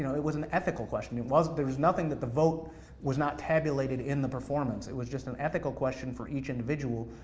you know it was an ethical question, and there was nothing that the vote was not tabulated in the performance, it was just an ethical question for each individual,